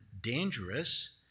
dangerous